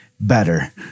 better